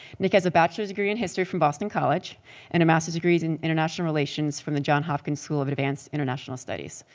nick has a bachelor's degree in history from boston college and a master's degree in international relations from the john hopkins school of advanced international studies.